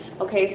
Okay